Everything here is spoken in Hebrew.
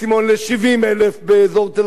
ל-70,000 באזור תל-אביב